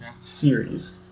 series